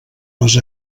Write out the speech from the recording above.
les